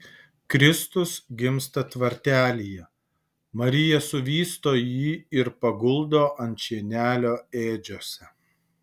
kristus gimsta tvartelyje marija suvysto jį ir paguldo ant šienelio ėdžiose